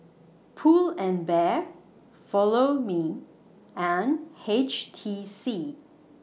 Pull and Bear Follow Me and H T C